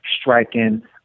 striking